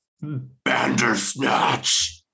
Bandersnatch